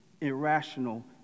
irrational